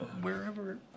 Wherever